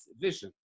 vision